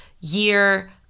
year